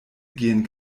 gehen